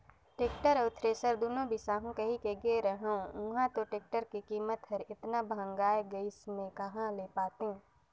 tractor अउ thresher दुनो बिसाहू कहिके गे रेहेंव उंहा तो टेक्टर के कीमत हर एतना भंगाए गइस में कहा ले पातें